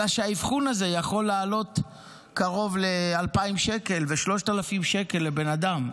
אלא שהאבחון הזה יכול לעלות קרוב ל-2,000 שקל ו-3,000 שקל לבן אדם.